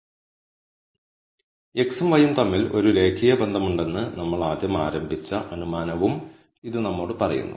x ഉം y ഉം തമ്മിൽ ഒരു രേഖീയ ബന്ധമുണ്ടെന്ന് നമ്മൾ ആദ്യം ആരംഭിച്ച അനുമാനവും ഇത് നമ്മോട് പറയുന്നു